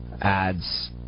ads